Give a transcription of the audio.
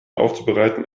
aufzubereiten